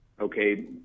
okay